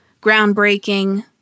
groundbreaking